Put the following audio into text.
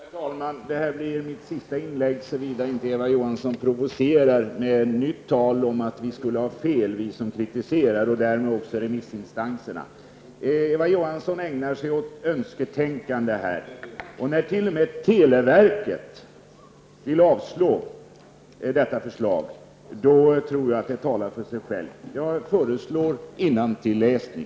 Herr talman! Det här blir mitt sista inlägg, såvida inte Eva Johansson provocerar mig med nytt tal om att vi som kritiserar och därmed också remissinstanserna skulle ha fel. Eva Johansson ägnar sig åt önsketänkande. Att t.o.m. televerket vill avslå detta förslag anser jag talar för sig självt. Jag föreslår innantilläsning.